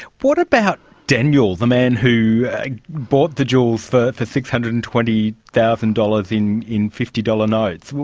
what about daniel, the man who bought the jewels for for six hundred and twenty thousand dollars in in fifty dollars notes?